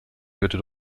führte